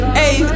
hey